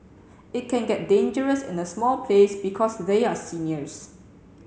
it can get dangerous in a small place because they are seniors